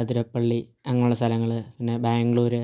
ആതിരപ്പള്ളി അങ്ങനെയുള്ള സ്ഥലങ്ങൾ പിന്നെ ബാംഗ്ലൂർ